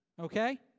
Okay